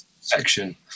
section